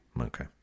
Okay